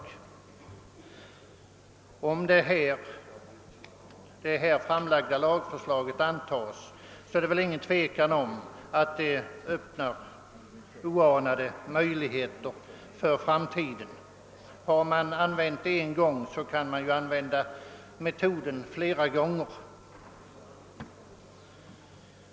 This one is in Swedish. Om det här framlagda lagförslaget antas, råder det ingen tvekan om att det öppnar oanade möjligheter för framtiden. Har man använt det en gång kan man använda metoden flera gånger.